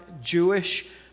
Jewish